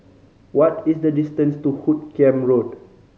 what is the distance to Hoot Kiam Road